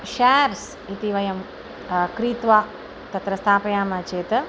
शार्स् इति वयं क्रीत्वा तत्र स्थापयामः चेत्